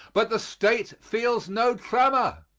but the state feels no tremor.